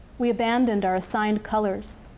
we abandoned our assigned colors.